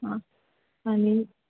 हां आणि